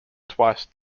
twice